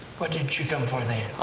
what did you come for then?